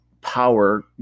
power